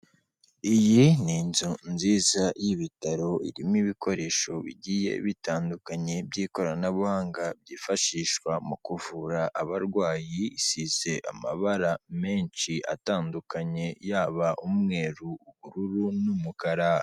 Iyi ni inzu nziza y'ibitaro irimo ibikoresho bigiye bitandukanye by'ikoranabuhanga byifashishwa mu kuvura abarwayi, isize amabara menshi atandukanye yaba umweru, ubururu n'umukara.